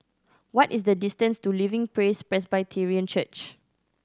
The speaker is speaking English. what is the distance to Living Praise Presbyterian Church